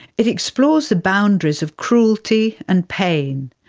it explores the boundaries of cruelty and pain,